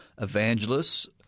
evangelists